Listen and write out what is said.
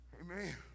Amen